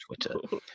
twitter